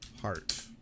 heart